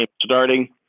starting